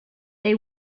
they